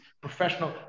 professional